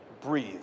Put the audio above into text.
breathe